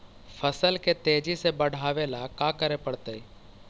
फसल के तेजी से बढ़ावेला का करे पड़तई?